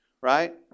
right